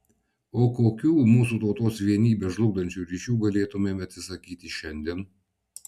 o kokių mūsų tautos vienybę žlugdančių ryšių galėtumėme atsisakyti šiandien